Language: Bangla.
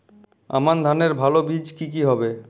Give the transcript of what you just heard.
আমান ধানের ভালো বীজ কি কি হবে?